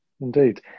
indeed